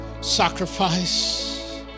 sacrifice